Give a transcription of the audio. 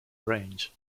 range